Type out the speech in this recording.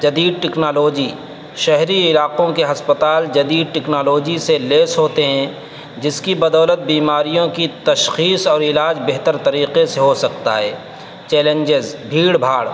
جدید ٹیکنالوجی شہری علاقوں کے ہسپتال جدید ٹیکنالوجی سے لیس ہوتے ہیں جس کی بدولت بیماریوں کی تشخیص اور علاج بہتر طریقے سے ہو سکتا ہے چیلنجز بھیڑ بھاڑ